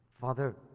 Father